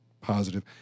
positive